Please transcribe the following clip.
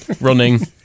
running